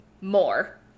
More